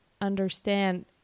understand